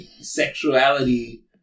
sexuality